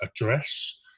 address